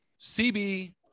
CB